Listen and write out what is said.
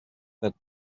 that